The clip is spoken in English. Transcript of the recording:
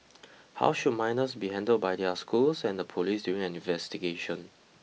how should minors be handled by their schools and the police during an investigation